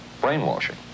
brainwashing